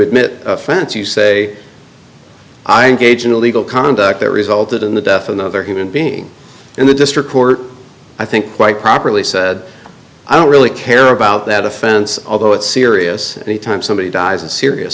admit offense you say i engage in illegal conduct that resulted in the death of the other human being and the district court i think quite properly said i don't really care about that offense although it's serious anytime somebody dies and serious